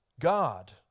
God